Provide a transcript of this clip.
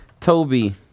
Toby